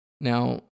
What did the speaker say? Now